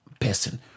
person